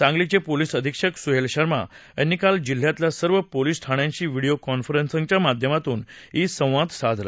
सांगलीचे पोलीस अधिक्षक सुहेल शर्मा यांनी काल जिल्ह्यातल्या सर्व पोलीस ठाण्यांशी व्हिडीओ कॉन्फरन्सिंगद्वारे ई संवाद साधला